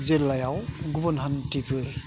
जिल्लायाव गुबुन हानथिफोर